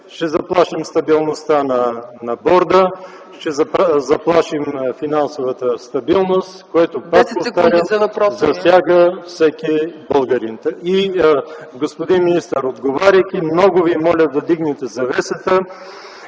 ще заплашим стабилността на Борда, ще заплашим финансовата стабилност, което пак повтарям, засяга всеки българин. Господин министър, отговаряйки, много Ви моля да вдигнете завесата: